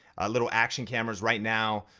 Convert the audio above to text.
little action cameras right now,